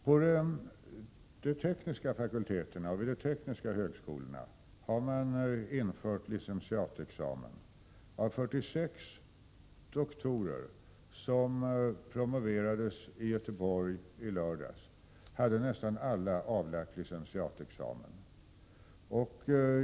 På de tekniska fakulteterna och vid de tekniska högskolorna har man infört licentiatexamen. Av de 46 doktorer som promoverades i Göteborg i lördags hade nästan samtliga avlagt licentiatexamen.